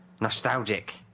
Nostalgic